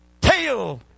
tail